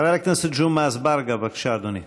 חבר הכנסת ג'מעה אזברגה, בבקשה, אדוני.